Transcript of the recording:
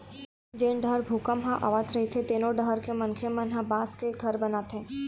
जेन डहर भूपंक ह आवत रहिथे तेनो डहर के मनखे मन ह बांस के घर बनाथे